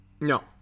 No